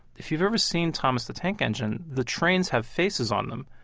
if you've ever seen thomas the tank engine, the trains have faces on them.